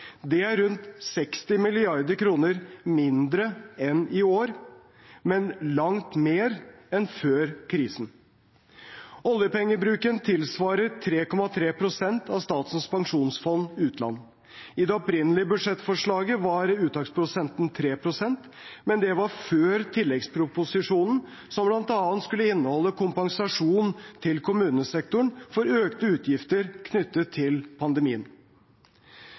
Det er rundt 60 mrd. kr mindre enn i år, men langt mer enn før krisen. Oljepengebruken tilsvarer 3,3 pst. av Statens pensjonsfond utland. I det opprinnelige budsjettforslaget var uttaksprosenten 3, men det var før tilleggsproposisjonen, som bl.a. skulle inneholde kompensasjon til kommunesektoren for økte utgifter knyttet til pandemien.